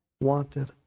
wanted